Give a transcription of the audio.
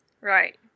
right